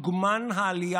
שולחים אותך למערכה לא לך.